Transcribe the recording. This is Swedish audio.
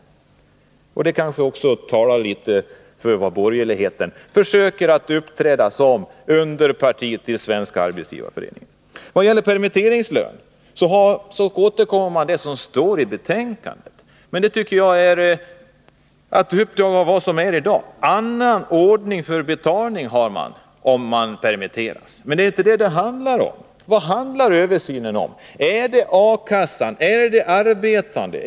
Detta säger kanske också något om borgerlighetens uppträdande i förhållande till Svenska arbetsgivareföreningen. I vad gäller permitteringslön åberopar man vad som står i betänkandet, och det tycker jag är fel. Man har en annan ordning för betalning om det gäller permittering. Men det är inte detta som det handlar om. Vad rör sig översynen om? Är det A-kassan eller är det de arbetande?